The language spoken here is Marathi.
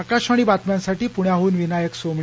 आकाशवाणी बातम्यांसाठी पुण्याहून विनायक सोमणी